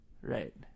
Right